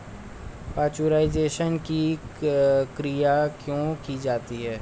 Pasteurisation की क्रिया क्यों की जाती है?